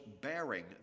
bearing